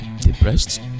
depressed